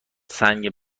سنگ